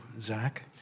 Zach